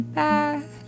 back